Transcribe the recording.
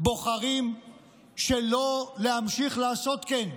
בוחרים שלא להמשיך לעשות כן.